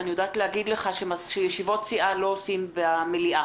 יודעת להגיד לך שישיבות סיעה לא עושים במליאה.